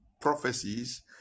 prophecies